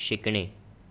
शिकणे